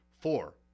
Four